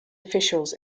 officials